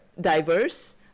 diverse